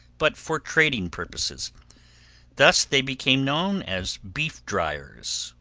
but for trading purposes thus they became known as beef-driers,